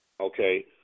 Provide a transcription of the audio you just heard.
Okay